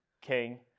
king